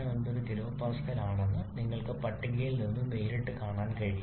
2469 kPa ആണെന്ന് നിങ്ങൾക്ക് പട്ടികയിൽ നിന്ന് നേരിട്ട് കാണാൻ കഴിയും